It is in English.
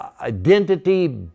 identity